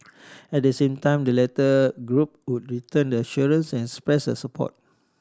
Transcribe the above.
at the same time the latter group would return the assurances and express support